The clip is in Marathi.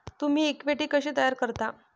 तुम्ही इक्विटी कशी तयार करता?